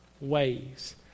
ways